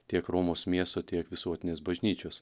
tiek romos miesto tiek visuotinės bažnyčios